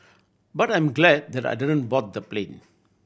but I'm glad that I didn't board the plane